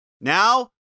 Now